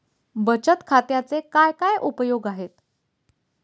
बचत खात्याचे काय काय उपयोग आहेत?